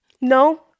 No